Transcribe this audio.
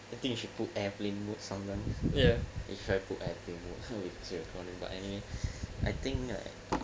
I think you should put airplane mode sometimes you try to put airplane mode but anyway I think